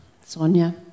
Sonia